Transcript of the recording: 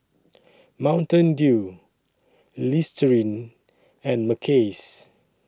Mountain Dew Listerine and Mackays